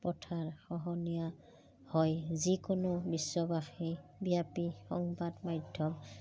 পথাৰ খহনীয়া হয় যিকোনো বিশ্ববাসী ব্যাপী সংবাদ মাধ্যম